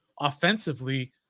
offensively